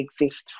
exist